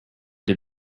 did